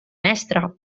mestre